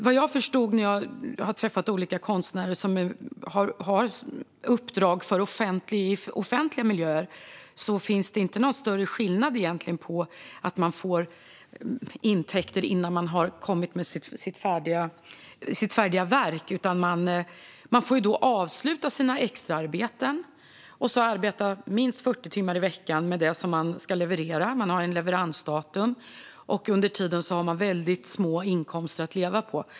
Vad jag förstått när jag träffat olika konstnärer med uppdrag för offentliga miljöer finns det inte någon större skillnad vad gäller möjligheten att få intäkter innan man har kommit med sitt färdiga verk. Man får avsluta sina extraarbeten och arbeta minst 40 timmar i veckan med det som man ska leverera. Man har ett leveransdatum. Under tiden har man väldigt små inkomster att leva på.